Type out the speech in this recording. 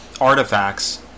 artifacts